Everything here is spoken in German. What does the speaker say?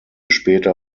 später